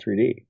3d